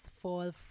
Fall